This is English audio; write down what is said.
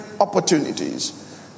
opportunities